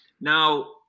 now